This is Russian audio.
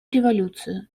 революцию